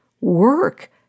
Work